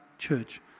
church